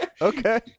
okay